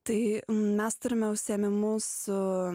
tai mes turime užsiėmimus su